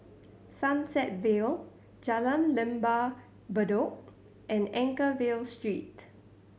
Sunset Vale Jalan Lembah Bedok and Anchorvale Street